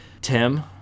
Tim